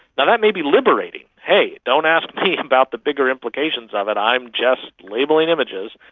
that may be liberating hey, don't ask me about the bigger implications of it, i'm just labelling images.